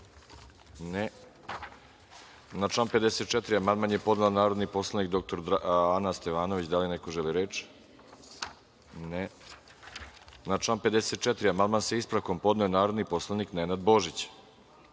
(Ne.)Na član 54. Amandman je podnela narodni poslanik dr Ana Stevanović. Da li neko želi reč? (Ne.)Na član 54. amandman, sa ispravkom, podneo je narodni poslanik Nenad Božić. Vlada